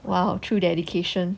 !wow! true dedication